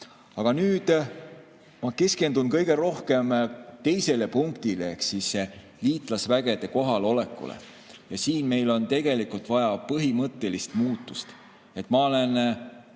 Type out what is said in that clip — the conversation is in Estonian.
Aga nüüd ma keskendun kõige rohkem teisele punktile ehk liitlas[üksuste] kohalolekule. Siin on meil tegelikult vaja põhimõttelist muutust. Ma olen